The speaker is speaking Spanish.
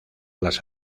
las